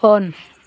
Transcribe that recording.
on